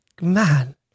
Man